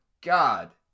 God